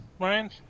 Ryan